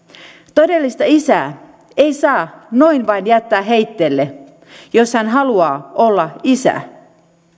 todellista isää ei saa noin vain jättää heitteille jos hän haluaa olla isä